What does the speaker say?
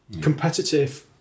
competitive